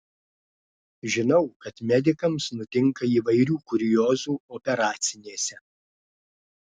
žinau kad medikams nutinka įvairių kuriozų operacinėse